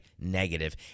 negative